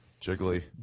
Jiggly